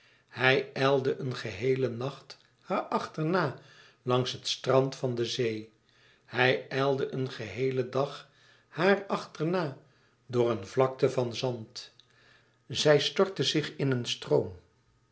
hij ijlde een geheele nacht haar achterna langs het strand van de zee hij ijlde een geheelen dag haar achterna door een vlakte van zand zij stortte zich in een stroom